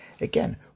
Again